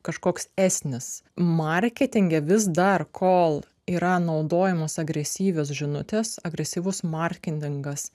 kažkoks esnis marketinge vis dar kol yra naudojamos agresyvios žinutės agresyvus marketingas